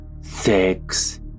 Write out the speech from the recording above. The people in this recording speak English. six